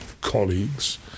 colleagues